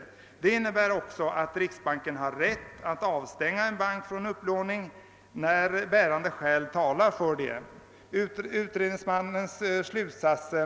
Det innebär också att riksbanken har rätt att avstänga en bank från upplåning när bärande skäl! talar för det.